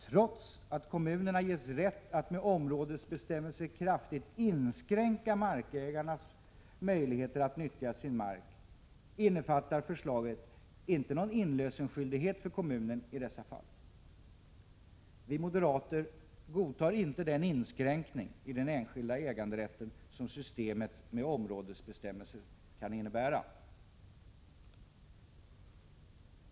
Trots att kommunen ges rätt att med områdesbestämmelser kraftigt inskränka markägarnas möjligheter att nyttja sin mark innefattar förslaget inte någon inlösensskyldighet för kommunen i dessa fall. Vi moderater godtar inte den inskränkning i den enskilda äganderätten som systemet med områdesbestämmelser kan innebära.